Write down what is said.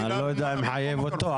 אני לא יודע אם מחייב אותו.